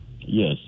Yes